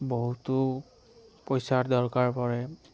বহুতো পইচাৰ দৰকাৰ পৰে